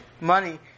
money